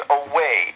away